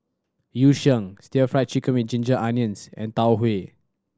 Yu Sheng still Fried Chicken with ginger onions and Tau Huay